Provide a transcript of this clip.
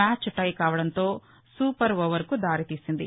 match tie కావడంతో super ఓవర్కు దారితీసింది